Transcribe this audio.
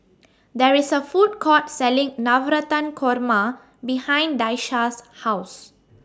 There IS A Food Court Selling Navratan Korma behind Daisha's House